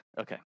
Okay